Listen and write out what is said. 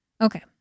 Okay